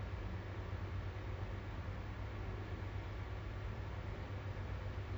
ah pergi johor bahru ah dekat apa tu the mall nearby